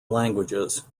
languages